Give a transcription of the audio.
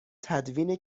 تدوین